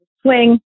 swing